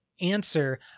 answer